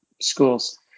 schools